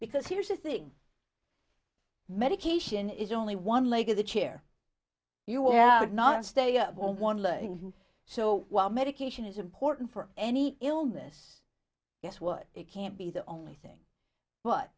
because here's the thing medication is only one leg of the chair you will not stay up on one learning so while medication is important for any illness guess what it can't be the only thing but